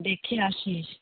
দেখে আসিস